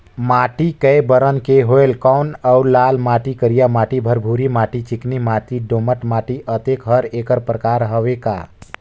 माटी कये बरन के होयल कौन अउ लाल माटी, करिया माटी, भुरभुरी माटी, चिकनी माटी, दोमट माटी, अतेक हर एकर प्रकार हवे का?